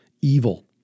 evil